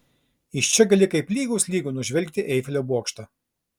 iš čia gali kaip lygus lygų nužvelgti eifelio bokštą